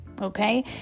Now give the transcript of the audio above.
okay